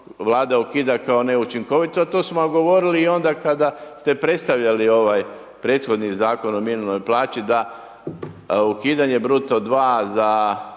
Vlada ukida kao neučinkovitu, a to smo vam govorili i onda kada ste predstavljali ovaj prethodni Zakon o minimalnoj plaći, da ukidanje bruto 2 za